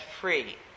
free